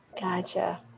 Gotcha